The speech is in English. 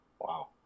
Wow